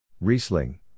Riesling